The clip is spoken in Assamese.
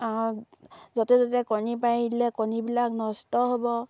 য'তে ত'তে কণী পাৰি দিলে কণীবিলাক নষ্ট হ'ব